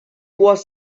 was